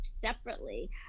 separately